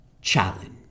challenge